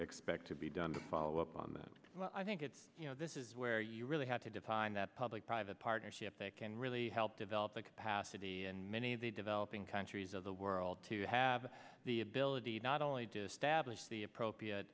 expect to be done to follow up on that i think it's you know this is where you really have to define that public private partnerships that can really help develop the capacity and many of the developing countries of the world to have the ability not only to stablish the appropriate